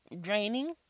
draining